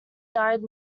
died